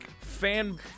fan